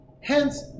Hence